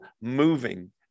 moving